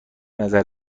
نظر